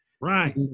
right